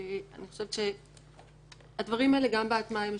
אני חושבת שהדברים האלה גם בהטמעה משולבים.